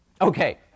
okay